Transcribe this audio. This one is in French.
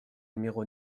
numéro